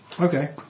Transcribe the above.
Okay